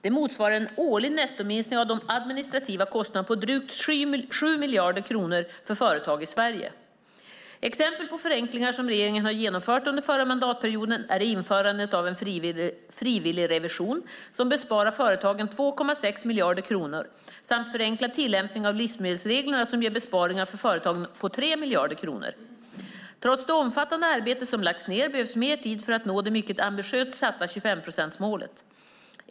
Det motsvarar en årlig nettominskning av de administrativa kostnaderna på drygt 7 miljarder kronor för företag i Sverige. Exempel på förenklingar som regeringen har genomfört under förra mandatperioden är införandet av en frivillig revision som besparar företagen 2,6 miljarder kronor samt förenklad tillämpning av livsmedelsreglerna som ger besparingar för företagen på 3 miljarder kronor. Trots det omfattande arbete som lagts ned, behövs mer tid för att nå det mycket ambitiöst satta 25-procentsmålet.